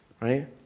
right